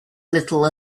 little